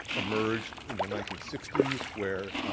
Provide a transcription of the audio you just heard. emerged in the nineteen sixty s where,